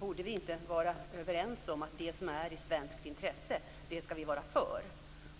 om vi inte borde vara överens om att det som är i svenskt intresse skall vi vara för.